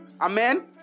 amen